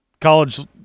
college